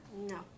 No